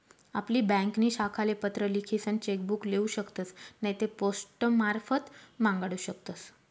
आपली ब्यांकनी शाखाले पत्र लिखीसन चेक बुक लेऊ शकतस नैते पोस्टमारफत मांगाडू शकतस